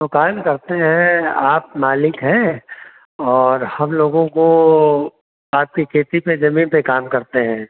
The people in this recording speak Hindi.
तो काम करते हैं आप मालिक हैं और हम लोगों को आपकी खेती पर जमीन पर काम करते हैं